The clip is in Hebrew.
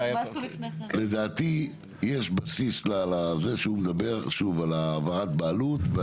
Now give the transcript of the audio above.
לדעתי בסיס לזה שהוא מדבר שוב על העברת בעלות.